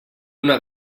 una